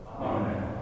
Amen